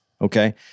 Okay